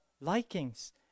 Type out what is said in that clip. likings